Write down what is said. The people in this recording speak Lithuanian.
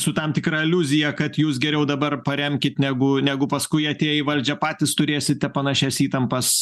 su tam tikra aliuzija kad jūs geriau dabar paremkit negu negu paskui atėję į valdžią patys turėsite panašias įtampas